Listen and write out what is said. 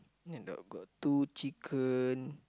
and then got two chicken